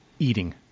eating